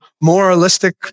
moralistic